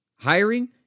Hiring